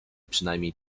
przynajmniej